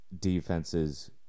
defenses